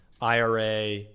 IRA